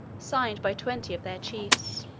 signed by twenty of their chiefs.